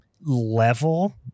level